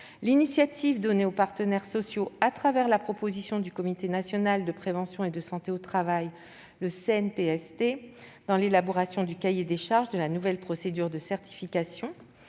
l'initiative donnée aux partenaires sociaux, à travers une proposition du comité national de prévention et de santé au travail (CNPST), pour élaborer le cahier des charges de la nouvelle procédure de certification